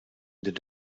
din